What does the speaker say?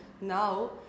now